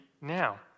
now